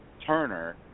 Turner